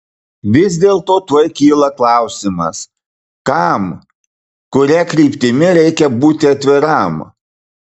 vis dėlto tuoj kyla klausimas kam kuria kryptimi reikia būti atviram